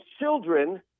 children